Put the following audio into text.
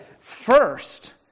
first